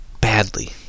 Badly